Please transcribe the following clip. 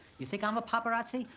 you think i'm a paparazzi,